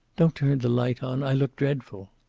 don't turn the light on. i look dreadful.